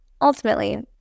Ultimately